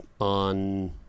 on